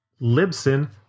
Libsyn